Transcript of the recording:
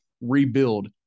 rebuild